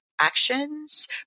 actions